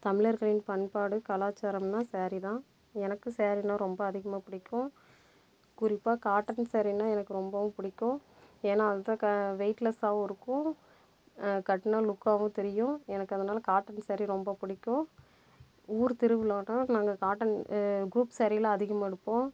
தமிழர்களின் பண்பாடு கலாச்சாரம்னா சேரீ தான் எனக்கும் சரினா ரொம்ப அதிகமாக பிடிக்கும் குறிப்பாக காட்டன் சரினா எனக்கு ரொம்பவும் பிடிக்கும் ஏன்னா அதுதான் க வெயிட்லெஸ்ஸாவும் இருக்கும் கட்டினா லுக்காவும் தெரியும் எனக்கு அதனால காட்டன் சரி ரொம்ப பிடிக்கும் ஊர் திருவிழான்னா நாங்கள் காட்டன் குரூப் சரிலாம் அதிகமாக எடுப்போம்